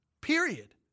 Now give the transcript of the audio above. period